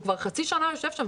כשהוא כבר חצי שנה יושב שם,